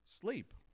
sleep